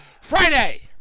Friday